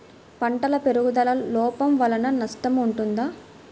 పంటల పెరుగుదల లోపం వలన నష్టము ఉంటుందా?